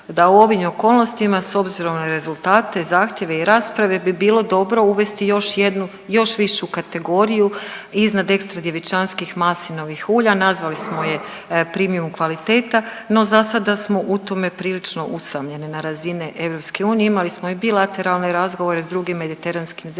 da u ovim okolnostima s obzirom na rezultate, zahtjeve i rasprave bi bilo dobro uvesti još jednu, još višu kategoriju iznad ekstra djevičanskih maslinovih ulja, nazvali smo je premium kvaliteta, no zasada smo u tome prilično usamljeni na razine EU, imali smo i bilateralne razgovore s drugim mediteranskim zemljama,